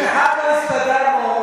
אם עם אחד לא הסתדרנו,